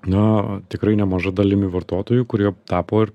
na tikrai nemaža dalimi vartotojų kurie tapo ir